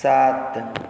सात